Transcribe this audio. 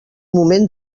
moment